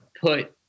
put